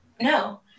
No